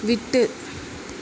விட்டு